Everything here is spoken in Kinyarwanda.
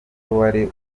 wari